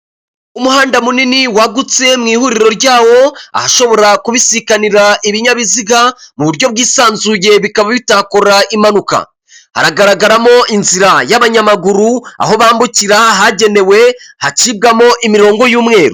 Umuhanda munini wagutse mu ihuriro ryawo ahashobora kubisikanira ibinyabiziga mu buryo bwi'isanzuye, bikaba bitakora impanuka hagaragaramo inzira y'abanyamaguru, aho bambukira hagenewe hacibwamo imirongo y'umweruru.